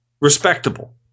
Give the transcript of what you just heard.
respectable